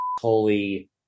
holy